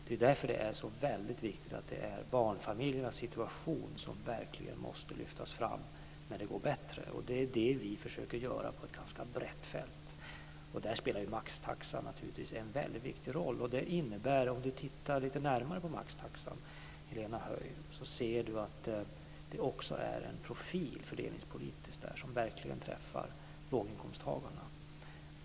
Det är därför det är så väldigt viktigt att det är barnfamiljernas situation som verkligen måste lyftas fram när det går bättre. Det är det som vi försöker göra på ett ganska brett fält. Där spelar maxtaxan naturligtvis en väldigt viktig roll. Om Helena Höij tittar lite närmare på maxtaxan så ser hon att den också innebär en fördelningspolitisk profil som verkligen träffar låginkomsttagarna.